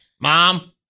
mom